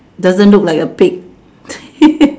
doesn't look like a pig